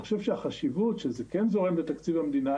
אני חושב שהחשיבות שזה כן זורם בתקציב המדינה,